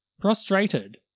Prostrated